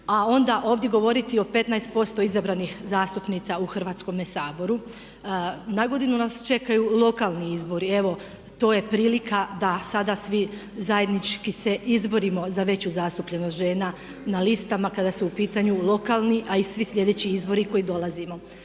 A onda ovdje govoriti o 15% izabranih zastupnica u Hrvatskome saboru. Nagodinu nas čekaju lokalni izbori, evo to je prilika da sada svi zajednički se izborimo za veću zastupljenost žena na listama kada su u pitanju lokalni a i svi sljedeći izbori koji nam